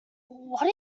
what